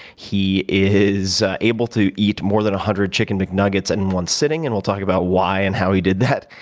he is able to eat more than one hundred chicken mcnuggets and in one sitting and we'll talk about why and how he did that.